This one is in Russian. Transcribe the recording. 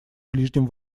ближнем